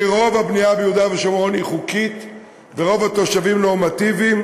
כי רוב הבנייה ביהודה ושומרון היא חוקית ורוב התושבים נורמטיביים,